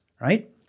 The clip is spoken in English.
Right